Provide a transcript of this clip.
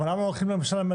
אבל למה הולכים לממשלה?